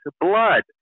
blood